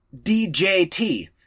djt